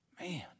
Man